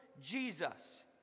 Jesus